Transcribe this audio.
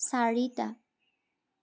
চাৰিটা